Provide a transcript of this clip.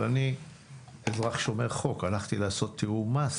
אבל אני אזרח שומר חוק, הלכתי לעשות תיאום מס